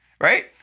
right